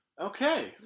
Okay